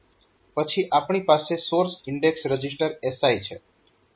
પછી આપણી પાસે સોર્સ ઇન્ડેક્સ રજીસ્ટર SI છે